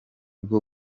bwo